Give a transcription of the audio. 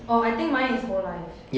orh I think mine is whole life